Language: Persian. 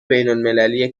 بینالمللی